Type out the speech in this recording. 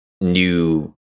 new